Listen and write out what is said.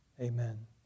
Amen